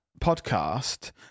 podcast